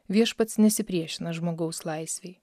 viešpats nesipriešina žmogaus laisvei